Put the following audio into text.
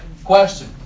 Question